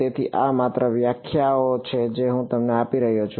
તેથી આ માત્ર વ્યાખ્યાઓ છે જે હું તમને આપી રહ્યો છું